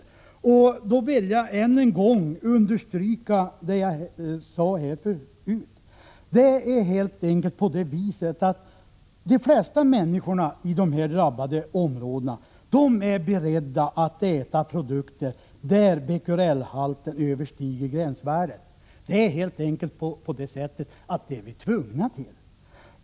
Än en gång vill jag understryka det som jag sade förut: Det är helt enkelt på det viset att de flesta människor i de drabbade områdena är beredda att äta produkter där becquerelhalten överstiger gränsvärdet. Vi är helt enkelt tvungna att göra det.